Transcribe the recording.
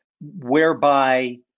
whereby